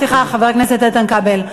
סליחה, חבר הכנסת איתן כבל.